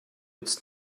it’s